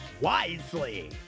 wisely